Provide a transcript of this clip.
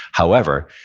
however,